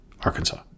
Arkansas